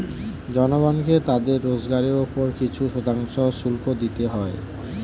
জনগণকে তাদের রোজগারের উপর কিছু শতাংশ শুল্ক দিতে হয়